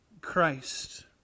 Christ